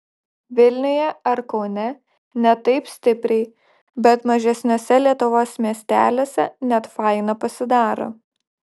vilniuje ar kaune ne taip stipriai bet mažesniuose lietuvos miesteliuose net faina pasidaro